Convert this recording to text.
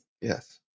Yes